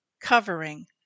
covering